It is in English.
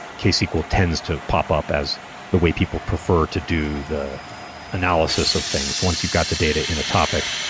ksql tends to pop up as the way people prefer to do the analysis of things. once you've got the data in a topic,